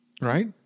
right